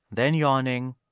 then yawning,